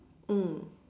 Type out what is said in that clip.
mm